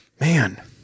Man